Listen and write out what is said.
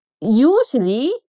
usually